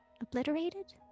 obliterated